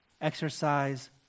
exercise